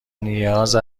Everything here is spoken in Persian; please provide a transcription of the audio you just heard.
نیاز